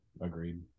agreed